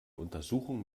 untersuchung